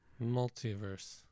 Multiverse